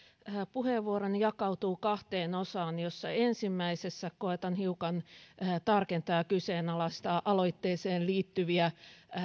puheenvuoroni jakautuu kahteen osaan joista ensimmäisessä koetan hiukan tarkentaa ja kyseenalaistaa aloitteeseen liittyviä